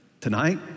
tonight